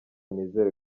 nizere